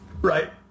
Right